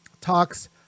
talks